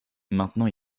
maintenant